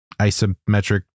isometric